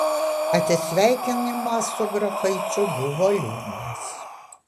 atsisveikinimas su grafaičiu buvo liūdnas